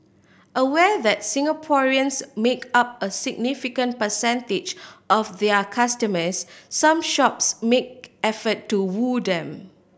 aware that Singaporeans make up a significant percentage of their customers some shops make effort to woo them